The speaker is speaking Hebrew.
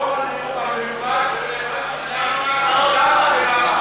מכל הנאום המלומד, לא הבנתי למה ולמה ולמה.